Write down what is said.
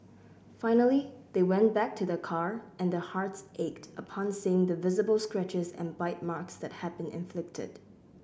finally they went back to their car and their hearts ached upon seeing the visible scratches and bite marks that had been inflicted